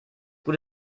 gut